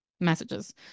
messages